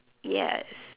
yes